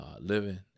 living